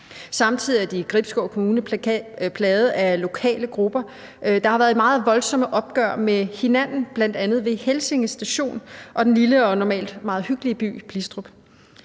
Samtidig er de i Gribskov Kommune plaget af lokale grupper. De har været i meget voldsomme opgør med hinanden, bl.a. ved Helsinge Station og den lille og normalt meget hyggelig by Blistrup.